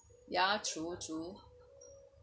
ya true true